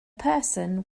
person